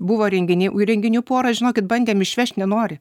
buvo renginiai renginių pora žinokit bandėm išvežt nenori